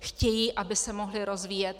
Chtějí, aby se mohli rozvíjet.